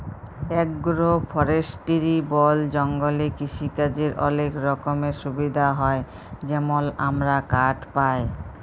agro forestry বল জঙ্গলে কিসিকাজের অলেক রকমের সুবিধা হ্যয় যেমল আমরা কাঠ পায়